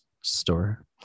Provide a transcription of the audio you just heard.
store